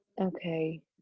okay